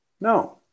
no